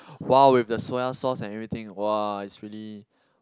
!wah! with the soy sauce and everything !wah! it's really